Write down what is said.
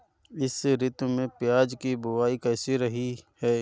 इस ऋतु में प्याज की बुआई कैसी रही है?